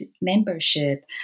membership